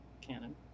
canon